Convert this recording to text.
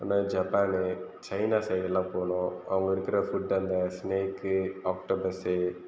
அது மாதிரி Japan China side எல்லாம் போகணும் அங்கே இருக்கிற ஃபுட் அந்த ஸ்நேக் ஆக்டொபஸ்